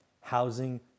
Housing